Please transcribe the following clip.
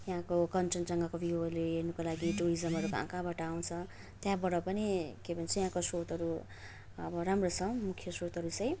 यहाँको कञ्चनजङ्घाको भ्यूहरूले हेर्नको लागि टुरिस्टहरू कहाँ कहाँबाट आउँछ त्यहाँबाट पनि के भन्छ यहाँको स्रोतहरू अब राम्रो छ मुख्य स्रोतहरू चाहिँ